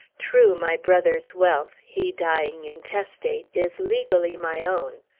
true, my brother's wealth he dying intestate is legally my own.